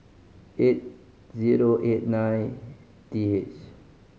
eight zero eight nine T H